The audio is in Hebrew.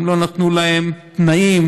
גם לא נתנו להם תנאים,